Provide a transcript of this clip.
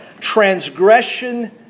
Transgression